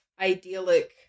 idyllic